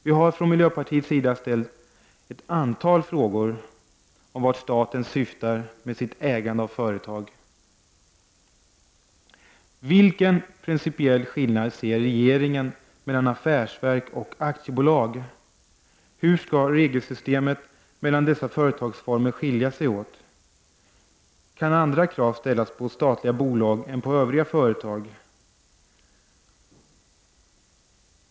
Vi har från miljöpartiets sida ställt ett antal frågor om vilka syften staten har med sitt ägande av företag: Vilken principiell skillnad ser regeringen mellan affärsverk och aktiebolag? Hur skall regelsystemet mellan dessa företagsformer skilja sig åt? Kan andra krav ställas på statliga bolag än på övriga företag?